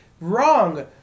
wrong